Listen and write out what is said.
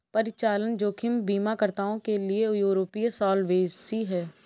परिचालन जोखिम बीमाकर्ताओं के लिए यूरोपीय सॉल्वेंसी है